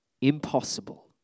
impossible